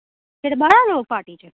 सिर्फ बारां लोग पार्टी च